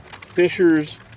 fishers